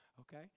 okay